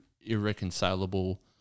irreconcilable